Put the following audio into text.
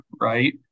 right